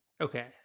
Okay